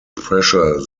pressure